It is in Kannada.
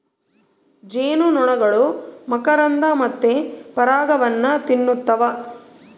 ಜೇನುನೊಣಗಳು ಮಕರಂದ ಮತ್ತೆ ಪರಾಗವನ್ನ ತಿನ್ನುತ್ತವ